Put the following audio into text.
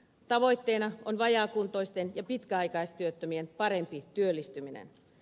tavoitteena on vajaakuntoisten ja pitkäaikaistyöttömien parempi työllistyminen